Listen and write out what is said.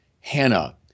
Hannah